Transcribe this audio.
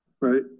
right